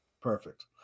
Perfect